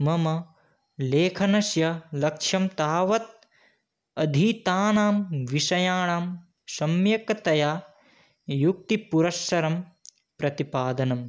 मम लेखनस्य लक्ष्यं तावत् अधीतानां विषयाणां सम्यक्तया युक्तिपुरस्कारं प्रतिपादनम्